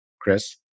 Chris